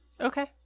Okay